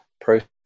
process